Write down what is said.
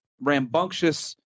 rambunctious